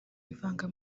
wivanga